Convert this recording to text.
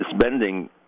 spending